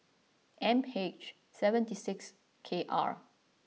M H seventy six K R